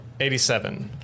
87